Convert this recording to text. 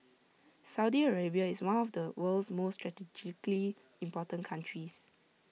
Saudi Arabia is one of the world's most strategically important countries